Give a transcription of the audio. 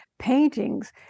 paintings